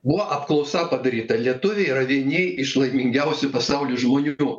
buvo apklausa padaryta lietuviai yra vieni iš laimingiausių pasauly žmonių